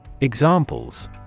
Examples